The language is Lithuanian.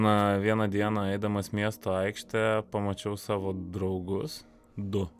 na vieną dieną eidamas miesto aikšte pamačiau savo draugus du